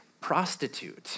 prostitute